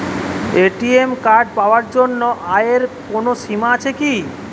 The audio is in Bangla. এ.টি.এম কার্ড পাওয়ার জন্য আয়ের কোনো সীমা আছে কি?